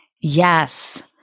Yes